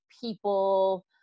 people